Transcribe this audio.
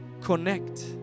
connect